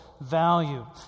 value